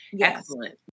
Excellent